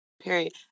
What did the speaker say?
Period